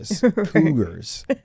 cougars